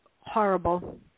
horrible